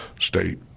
state